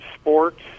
sports